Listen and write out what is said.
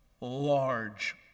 large